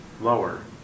lower